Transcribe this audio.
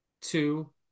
two